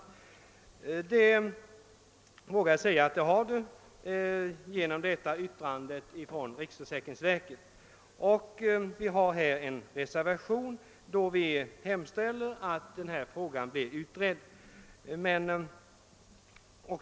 Jag anser att situationen förändrats genom riksförsäkringsverkets yttrande, och i reservation hemställer vi att denna fråga blir utredd.